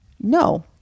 No